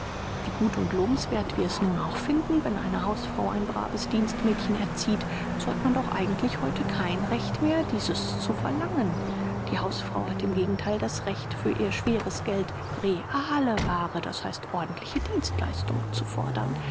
wie gut und lobenswerth wir es nun auch finden wenn eine hausfrau ein braves dienstmädchen erzieht so hat man doch eigentlich heute kein recht mehr dieses zu verlangen die hausfrau hat im gegentheil das recht für ihr schweres geld reelle waare d h ordentliche dienstleistung zu fordern